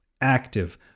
active